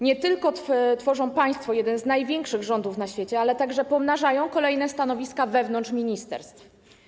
Nie tylko tworzą państwo jeden z największych rządów na świecie, ale także pomnażają kolejne stanowiska wewnątrz ministerstw.